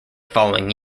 following